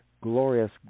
glorious